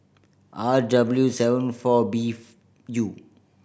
R W seven four B U